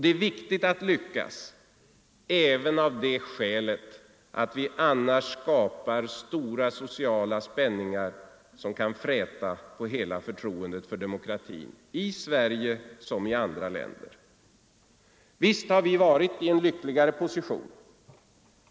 Det är viktigt att vi lyckas även av det skälet att vi annars skapar stora sociala spänningar, som kan fräta på hela förtroendet för demokratin — i Sverige liksom i andra länder. Visst har vi varit i en lycklig position.